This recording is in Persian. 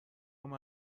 هام